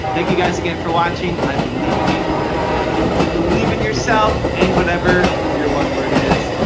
thank you guys again for watching. i believe in you. i hope you continue to believe in yourself and whatever your one word is.